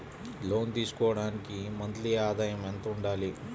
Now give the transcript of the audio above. లోను తీసుకోవడానికి మంత్లీ ఆదాయము ఎంత ఉండాలి?